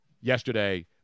yesterday